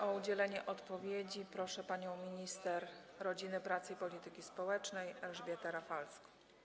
O udzielenie odpowiedzi proszę panią minister rodziny, pracy i polityki społecznej Elżbietę Rafalską.